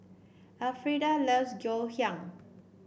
Alfreda loves Ngoh Hiang